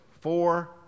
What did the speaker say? four